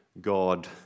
God